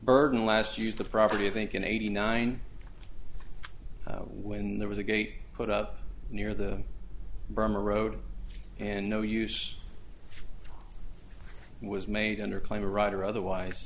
burton last used the property think in eighty nine when there was a gate put up near the burma road and no use was made under claim the right or otherwise